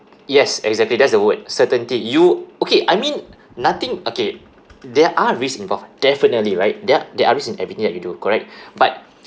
yes exactly that's the word certainty you okay I mean nothing okay there are risks involved definitely right there there are risks in everything that you do correct but